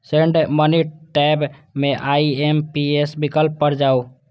send money tab मे IMPS विकल्प पर जाउ